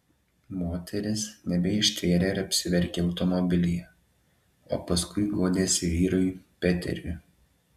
moteris nebeištvėrė ir apsiverkė automobilyje o paskui guodėsi vyrui peteriui